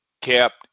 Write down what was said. kept